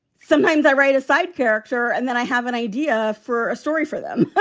sometimes i write a side character and then i have an idea for a story for them. but